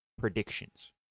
predictions